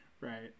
Right